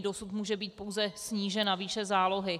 Dosud může být pouze snížena výše zálohy.